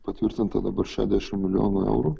patvirtinta dabar šedešim milijonų eurų